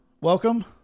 welcome